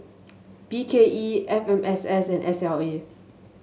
B K E F M S S and S L A